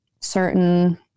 certain